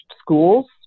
schools